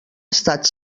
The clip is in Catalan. estat